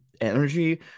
energy